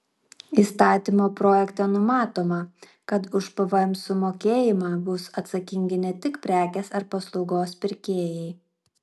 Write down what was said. įstatymo projekte numatoma kad už pvm sumokėjimą bus atsakingi ne tik prekės ar paslaugos pirkėjai